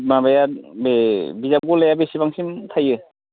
माबाया बे बिजाब ग लाया बेसेबांसिम थायो